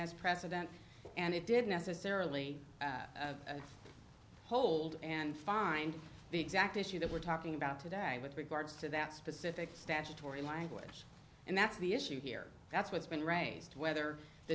as president and it did necessarily hold and find the exact issue that we're talking about today with regards to that specific statutory language and that's the issue here that's what's been raised whether the